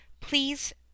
please